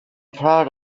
proud